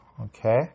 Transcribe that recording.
okay